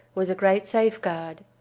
was a great safeguard.